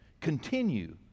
continue